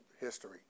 history